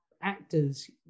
actors